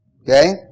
Okay